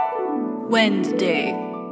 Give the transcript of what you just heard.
Wednesday